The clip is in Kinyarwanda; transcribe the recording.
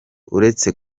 uretse